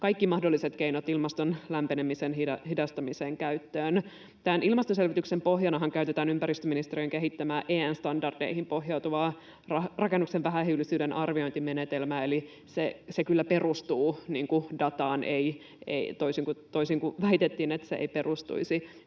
kaikki mahdolliset keinot ilmaston lämpenemisen hidastamiseksi. Tämän ilmastoselvityksen pohjanahan käytetään ympäristöministeriön kehittämää, EN-standardeihin pohjautuvaa rakennuksen vähähiilisyyden arviointimenetelmää, eli se kyllä perustuu dataan, toisin kuin väitettiin, että se ei perustuisi